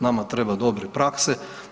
Nama treba dobre prakse.